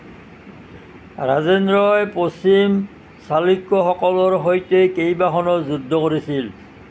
ৰাজেন্দ্ৰই পশ্চিম চালুক্যসকলৰ সৈতে কেইবাখনো যুদ্ধ কৰিছিল